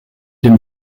dem